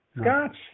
Scotch